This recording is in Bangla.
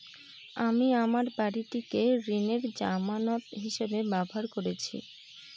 আমি আমার বাড়িটিকে ঋণের জামানত হিসাবে ব্যবহার করেছি